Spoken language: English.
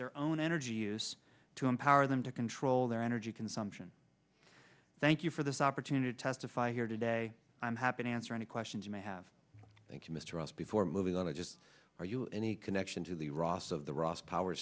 their own energy use to empower them to control their energy consumption thank you for this opportunity to testify here today i'm happy to answer any questions you may have thank you mr ross before moving on i just are you any connection to the ross of the ross power